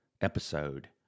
episode